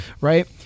Right